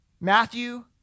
Matthew